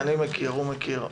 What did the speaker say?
אני מכיר, הוא מכיר.